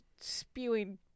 spewing